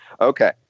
Okay